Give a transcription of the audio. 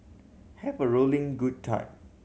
have a rolling good time